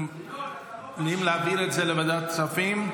אם להעביר את זה לוועדת כספים.